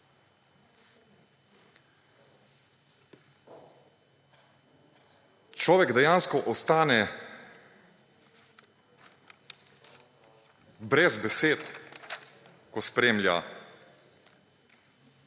Človek dejansko ostane brez besed, ko spremlja